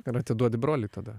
ir atiduodi broliui tada